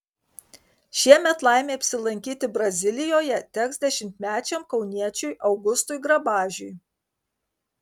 šiemet laimė apsilankyti brazilijoje teks dešimtmečiam kauniečiui augustui grabažiui